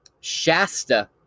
Shasta